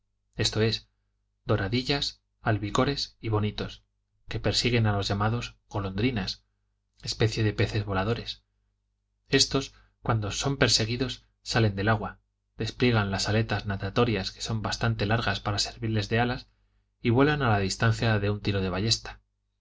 esto es doradillas albícores y bonitos que persiguen a los llamados golondrinas especie de peces voladores estos cuando son perseguidos salen del agua despliegan las aletas natatorias que son bastante largas para servirles de alas y vuelan a la distancia de un tiro de ballesta